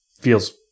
feels